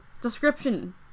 description